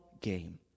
game